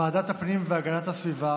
ועדת הפנים והגנת הסביבה